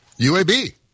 UAB